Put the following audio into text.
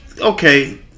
okay